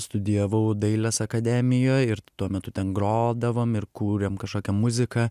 studijavau dailės akademijoj ir tuo metu ten grodavom ir kūrėm kažkokią muziką